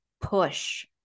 push